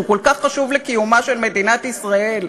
שהוא כל כך חשוב לקיומה של מדינת ישראל.